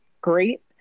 great